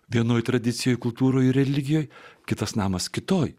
vienoje tradicijoje kultūroje religijoje kitas namas kitoje